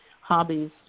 hobbies